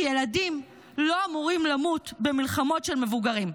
כי ילדים לא אמורים למות במלחמות של מבוגרים.